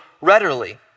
readily